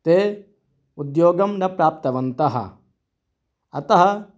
ते उद्योगं न प्राप्तवन्तः अतः